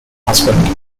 husband